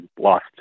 lost